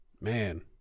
Man